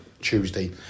Tuesday